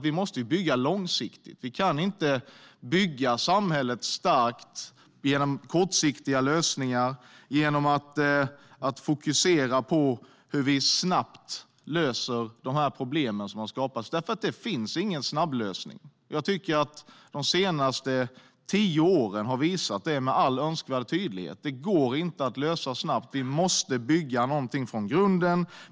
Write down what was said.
Vi måste ju bygga långsiktigt. Vi kan inte bygga samhället starkt genom kortsiktiga lösningar, genom att fokusera på hur vi snabbt löser de problem som har skapats. Det finns ingen snabblösning. Jag tycker att de senaste tio åren har visat det med all önskvärd tydlighet. Detta går inte att lösa snabbt. Vi måste bygga någonting från grunden.